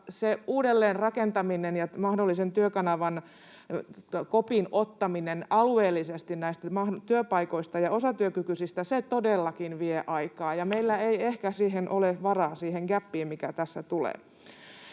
uudelleenrakentaminen ja mahdollisen Työkanavan kopin ottaminen alueellisesti näistä työpaikoista ja osatyökykyisistä todellakin vie aikaa ja meillä ei ehkä ole varaa siihen gäppiin, mikä tässä tulee.